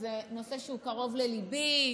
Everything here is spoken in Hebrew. שזה נושא שקרוב לליבי,